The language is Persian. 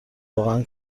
واقعا